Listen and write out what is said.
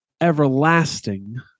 everlasting